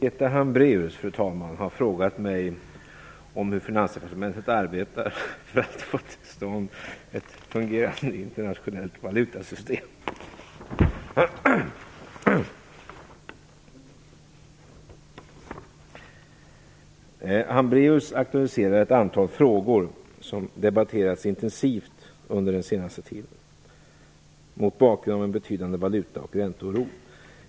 Fru talman! Birgitta Hambraeus har frågat mig om hur Finansdepartementet arbetar för att få till stånd ett fungerande internationellt valutasystem. Hambraeus aktualiserar ett antal frågor som debatterats intensivt under den senaste tiden mot bakgrund av en betydande valuta och ränteoro.